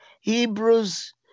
Hebrews